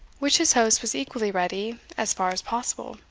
which his host was equally ready, as far as possible,